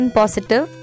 positive